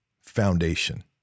foundation